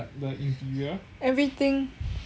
everything